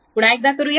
पुन्हा एकदा करूया